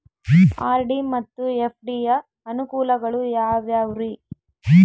RD ಮತ್ತು FD ಯ ಅನುಕೂಲಗಳು ಯಾವ್ಯಾವುರಿ?